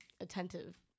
Attentive